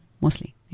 mostly